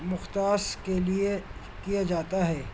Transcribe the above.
مختص کے لیے کیا جاتا ہے